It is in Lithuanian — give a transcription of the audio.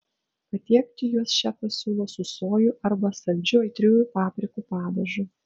patiekti juos šefas siūlo su sojų arba saldžiu aitriųjų paprikų padažu